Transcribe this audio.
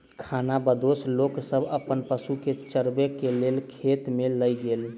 खानाबदोश लोक सब अपन पशु के चरबै के लेल खेत में लय गेल